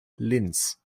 linz